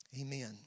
Amen